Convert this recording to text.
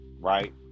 right